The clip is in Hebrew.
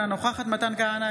אינה נוכחת מתן כהנא,